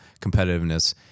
competitiveness